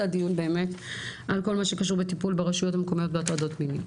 דיון על כל מה שקשור בטיפול ברשויות מקומיות והטרדות מיניות.